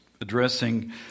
addressing